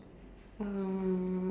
um